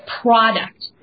product